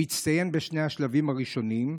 הוא הצטיין בשני השלבים הראשונים,